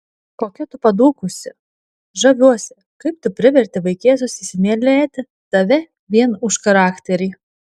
kokia tu padūkusi žaviuosi kaip tu priverti vaikėzus įsimylėti tave vien už charakterį